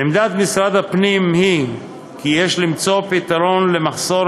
עמדת משרד הפנים היא שיש למצוא פתרון למחסור